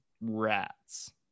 rats